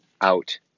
out